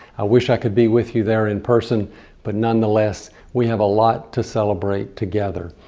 wish i could be with you there in person but nonetheless, we have a lot to celebrate together.